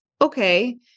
Okay